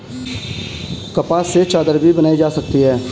कपास से चादर भी बनाई जा सकती है